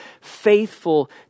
faithful